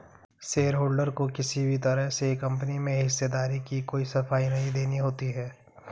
shareholder को किसी भी तरह से कम्पनी में हिस्सेदारी की कोई सफाई नहीं देनी होती है